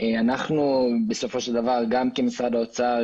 עידו מור, אגף תקציבים, משרד האוצר.